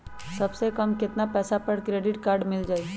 सबसे कम कतना पैसा पर क्रेडिट काड मिल जाई?